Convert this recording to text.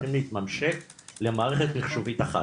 צריכים להתממשק למערכת מחשובית אחת,